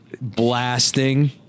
blasting